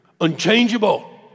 Unchangeable